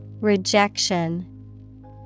Rejection